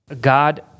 God